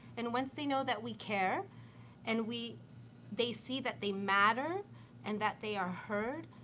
and once they know that we care and we they see that they matter and that they are heard,